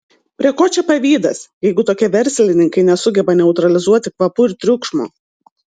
prie ko čia pavydas jeigu tokie verslininkai nesugeba neutralizuoti kvapų ir triukšmo